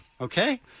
okay